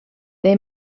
they